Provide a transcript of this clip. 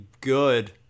good